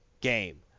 game